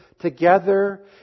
together